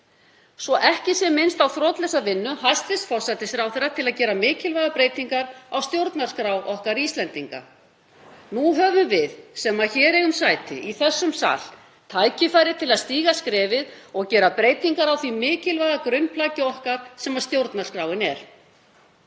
svo ekki sé minnst á þrotlausa vinnu hæstv. forsætisráðherra til að gera mikilvægar breytingar á stjórnarskrá okkar Íslendinga. Nú höfum við sem hér eigum sæti í þessum sal tækifæri til að stíga skrefið og gera breytingar á því mikilvæga grunnplaggi okkar sem stjórnarskráin er.